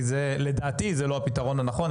כי לדעתי זה לא הפתרון הנכון.